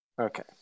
Okay